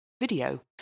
video